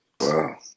Wow